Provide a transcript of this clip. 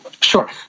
Sure